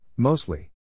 Mostly